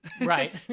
Right